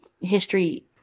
history